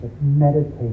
meditate